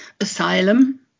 asylum